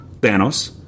Thanos